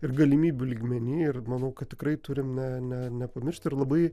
ir galimybių lygmeny ir manau kad tikrai turime ne nepamiršti ir labai